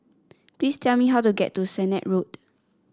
please tell me how to get to Sennett Road